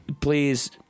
Please